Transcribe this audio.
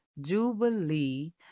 Jubilee